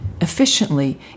efficiently